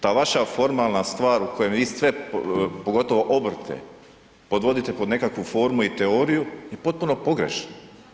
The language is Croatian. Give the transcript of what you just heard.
Ta vaša formalna stvar u kojem vi sve, pogotovo obrte podvodite pod nekakvu formu i teoriju je potpuno pogrešna.